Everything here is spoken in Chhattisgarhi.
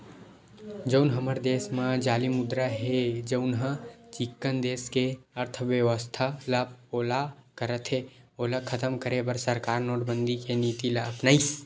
जउन हमर देस म जाली मुद्रा हे जउनहा चिक्कन देस के अर्थबेवस्था ल पोला करत हे ओला खतम करे बर सरकार नोटबंदी के नीति ल अपनाइस